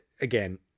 again